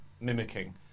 mimicking